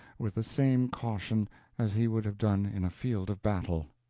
with the same caution as he would have done in a field of battle.